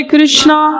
Krishna